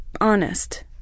honest